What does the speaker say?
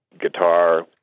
guitar